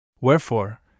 Wherefore